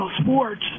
sports